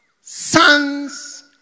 sons